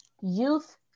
youth